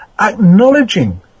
acknowledging